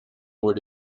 wore